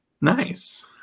Nice